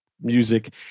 music